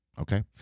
Okay